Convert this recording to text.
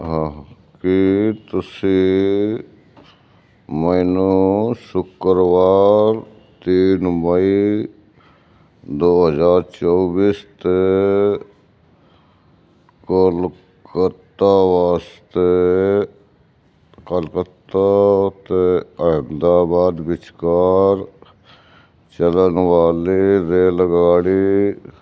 ਹਾਂ ਕੀ ਤੁਸੀਂ ਮੈਨੂੰ ਸ਼ੁੱਕਰਵਾਰ ਤਿੰਨ ਮਈ ਦੋ ਹਜ਼ਾਰ ਚੌਬੀਸ 'ਤੇ ਕੋਲਕੱਤਾ ਵਾਸਤੇ ਕਲਕੱਤਾ ਅਤੇ ਅਹਿਮਦਾਬਾਦ ਵਿਚਕਾਰ ਚੱਲਣ ਵਾਲੀ ਰੇਲਗਾੜੀ